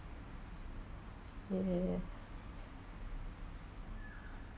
ya